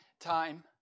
time